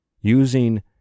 using